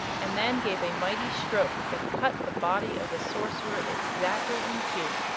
and then gave a mighty stroke that cut the body of the sorcerer exactly in two.